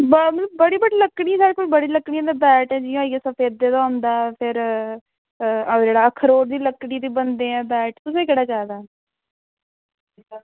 बड़ी बड़ी लकड़ी दा बड़ी बड़ी लकड़ी दा जियां बैट सफेदे दा होंदा फिर अखरोट दी लकड़ी दे बी बनदे बैट तुसें केह्ड़े चाहिदे बैट